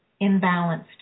imbalanced